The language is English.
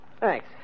Thanks